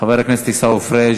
חבר הכנסת עיסאווי פריג'